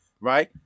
right